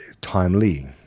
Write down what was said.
timely